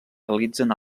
realitzen